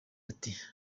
ati